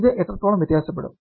ഇത് എത്രത്തോളം വ്യത്യാസപ്പെടും